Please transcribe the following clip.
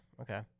Okay